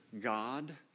God